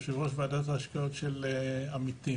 יו"ר ועדת ההשקעות של עמיתים.